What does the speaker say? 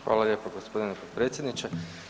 Hvala lijepo gospodine potpredsjedniče.